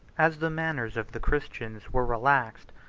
as the manners of the christians were relaxed,